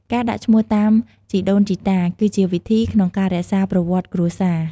ការដាក់ឈ្មោះតាមជីដូនជីតា គឺជាវិធីក្នុងការរក្សាប្រវត្តិគ្រួសារ។